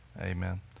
Amen